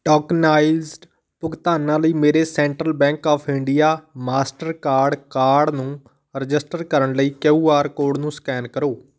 tokenized ਭੁਗਤਾਨਾਂ ਲਈ ਮੇਰੇ central bank of India Mastercard card ਨੂੰ ਰਜਿਸਟਰ ਕਰਨ ਲਈ ਕਿਊ ਆਰ ਕੋਡ ਨੂੰ ਸਕੈਨ ਕਰੋ